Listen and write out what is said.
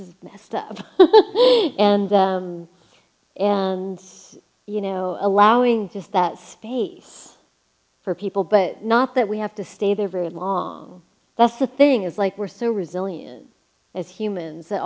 mister and and you know allowing just that status for people but not that we have to stay there very long that's the thing is like we're so resilient as humans that